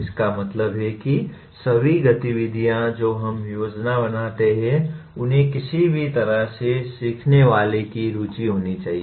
इसका मतलब है की सभी गतिविधियां जो हम योजना बनाते हैं उन्हें किसी भी तरह से सीखने वाले की रुचि होनी चाहिए